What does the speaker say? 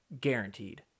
Guaranteed